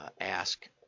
ask